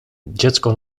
dziecko